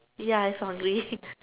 ya its